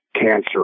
cancer